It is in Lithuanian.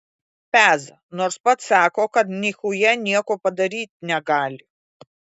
peza nors pats sako kad nichuja nieko padaryt negali